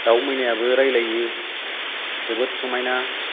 दाउ मैनायाबो रायलायो जोबोद समायना